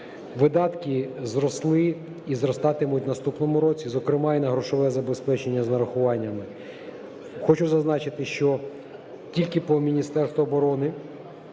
Видатки зросли і зростатимуть в наступному році, зокрема, і на грошове забезпечення з нарахуваннями. Хочу зазначити, що тільки по Міністерству оборони